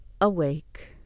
awake